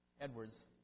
Edwards